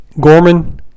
Gorman